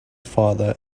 father